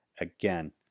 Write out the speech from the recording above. again